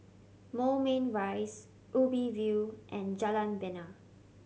Moulmein Rise Ubi View and Jalan Bena